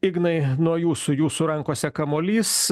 ignai nuo jūsų jūsų rankose kamuolys